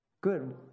Good